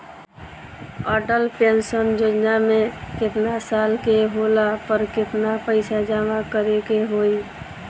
Atal pension योजना मे केतना साल के होला पर केतना पईसा जमा करे के होई?